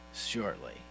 shortly